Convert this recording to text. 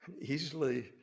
easily